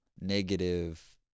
negative